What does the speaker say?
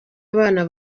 abana